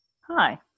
Hi